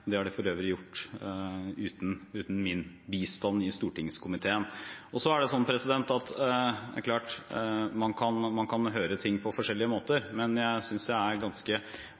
Det har de for øvrig gjort uten min bistand i stortingskomiteen. Det er klart man kan høre ting på forskjellige måter, men jeg synes jeg er ganske